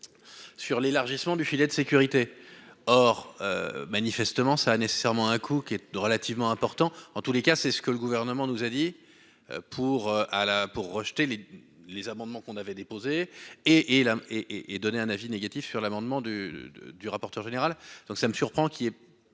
sur l'élargissement du filet de sécurité or manifestement ça a nécessairement un coût qui est relativement important, en tous les cas, c'est ce que le gouvernement nous a dit, pour ah la pour rejeter les les amendements qu'on avait déposé et et la et et donner un avis négatif sur l'amendement de de du rapporteur général donc ça me surprend qu'il y ait pas de référence